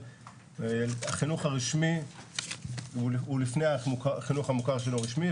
החינוך הרשמי הוא לפני החינוך המוכר שאינו רשמי,